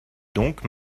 donc